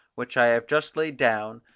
which i have just laid down,